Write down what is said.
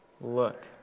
Look